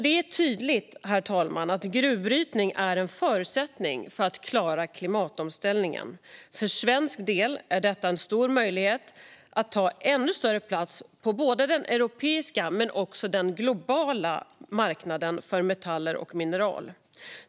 Det är tydligt, herr talman, att gruvbrytning är en förutsättning för att klara klimatomställningen. För svensk del är detta en stor möjlighet att ta ännu större plats på både den europeiska och den globala marknaden för metaller och mineral.